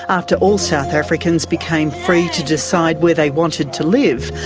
after all south africans became free to decide where they wanted to live,